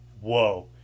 whoa